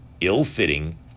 ill-fitting